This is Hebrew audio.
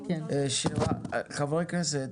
חברי הכנסת,